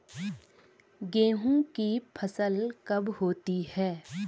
गेहूँ की फसल कब होती है?